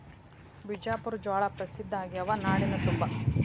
ಬಿಜಾಪುರ ಜ್ವಾಳಾ ಪ್ರಸಿದ್ಧ ಆಗ್ಯಾವ ನಾಡಿನ ತುಂಬಾ